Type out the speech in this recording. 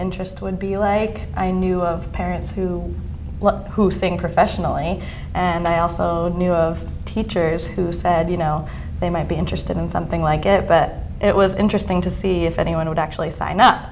interest would be like i knew of parents who who sing professionally and i also knew of teachers who said you know they might be interested in something like it but it was interesting to see if anyone would actually sign up